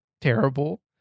terrible